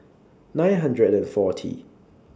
nine hundred and forty